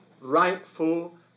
rightful